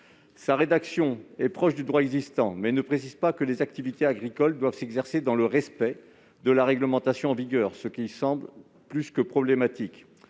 Sa rédaction est proche du droit existant, mais ne précise pas que les activités agricoles doivent s'exercer dans le respect de la réglementation en vigueur, ce qui semble plus que problématique.